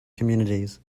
communities